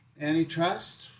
antitrust